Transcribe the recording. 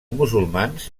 musulmans